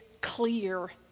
clear